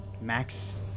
Max